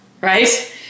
Right